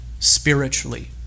Spiritually